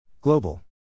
Global